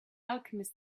alchemist